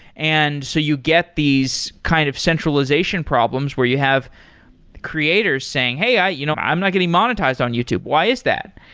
and so, you get these kind of centralization problems where you have creators saying, hey, you know i'm not getting monetized on youtube. why is that?